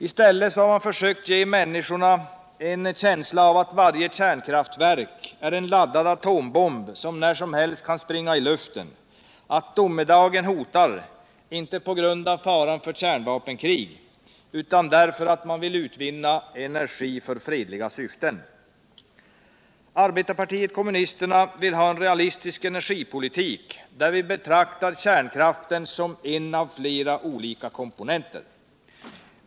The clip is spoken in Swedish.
I stället har man försökt ge människorna en känsla av att varje kärnkraftverk är en laddad atombomb, som när som helst kan springa i luften, att domedagen hotar — inte på grund av faran för kärnvapenkrig utan därför alt vi vill utvinna energi för fredliga syften. Arbetarpartiet kommunisterna vill ha en realistisk energipolitik, där vi betraktar kärnkraften som en av flera olika komponenter.